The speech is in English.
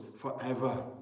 forever